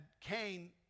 Cain